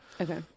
Okay